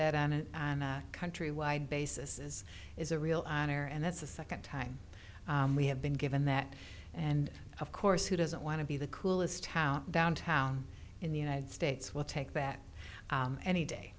that on a countrywide basis is is a real honor and that's the second time we have been given that and of course who doesn't want to be the coolest town downtown in the united states will take that any day